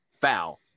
foul